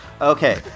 Okay